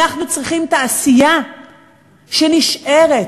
אנחנו צריכים תעשייה שנשארת.